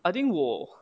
I think 我